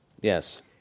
Yes